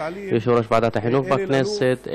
יושב-ראש ועדת החינוך בכנסת,